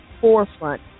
forefront